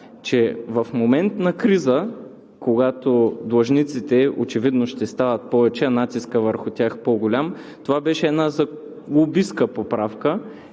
че в момент на криза, когато длъжниците очевидно ще стават повече, а натискът върху тях по-голям, това беше една лобистка поправка,